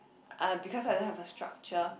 uh because I don't have a structure